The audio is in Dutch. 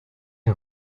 een